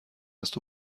است